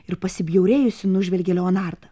ir pasibjaurėjusi nužvelgė leonardą